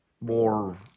more